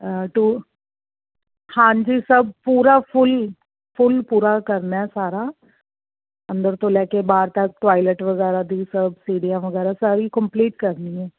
to ਹਾਂਜੀ ਸਭ ਪੂਰਾ ਫੁੱਲ ਫੁੱਲ ਪੂਰਾ ਕਰਨਾ ਸਾਰਾ ਅੰਦਰ ਤੋਂ ਲੈ ਕੇ ਬਾਹਰ ਤੱਕ ਟੋਇਲਟ ਵਗੈਰਾ ਦੀ ਸਭ ਸੀੜੀਆਂ ਵਗੈਰਾ ਸਾਰੀ ਕੰਪਲੀਟ ਕਰਨੀ ਹੈ